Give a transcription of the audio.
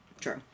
True